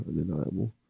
undeniable